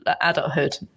adulthood